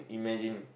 imagine